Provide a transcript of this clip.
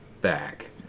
back